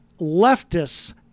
leftists